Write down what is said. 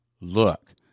Look